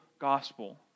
gospel